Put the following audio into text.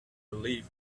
belief